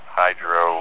hydro